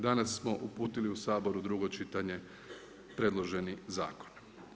Danas smo uputili u Sabor drugo čitanje predloženih zakona.